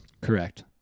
Correct